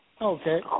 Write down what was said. Okay